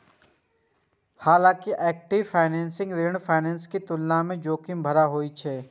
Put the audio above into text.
हालांकि equity financing ऋण financing के तुलना मे जोखिम भरल होइ छै